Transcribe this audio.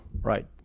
Right